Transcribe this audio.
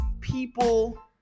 people